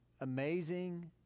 amazing